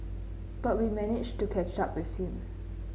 but we managed to catch up with him